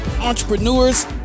entrepreneurs